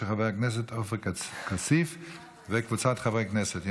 של חבר הכנסת עופר כסיף וקבוצת חברי כנסת.